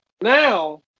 Now